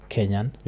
Kenyan